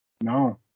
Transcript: No